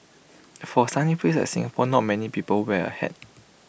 for A sunny place like Singapore not many people wear A hat